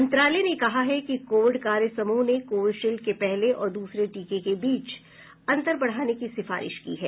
मंत्रालय ने कहा है कि कोविड कार्य समूह ने कोविशील्ड के पहले और दूसरे टीके के बीच अंतर बढ़ाने की सिफारिश की है